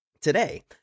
today